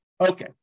Okay